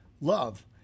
love